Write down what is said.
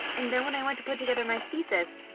and then when i went to put together my thesis,